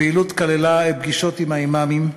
הפעילות כללה פגישות עם האימאמים,